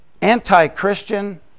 anti-Christian